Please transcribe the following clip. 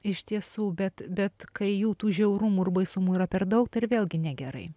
iš tiesų bet bet kai jų tų žiaurumų ir baisumų yra per daug vėlgi negerai